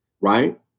right